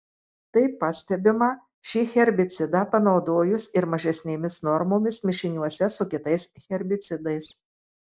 tai pastebima šį herbicidą panaudojus ir mažesnėmis normomis mišiniuose su kitais herbicidais